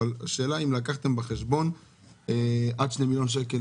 אבל השאלה היא אם לקחתם בחשבון עד שני מיליון שקל,